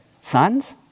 Sons